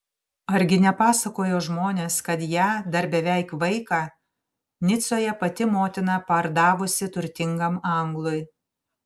argi nepasakojo žmonės kad ją dar beveik vaiką nicoje pati motina pardavusi turtingam anglui